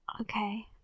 Okay